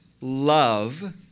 love